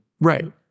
Right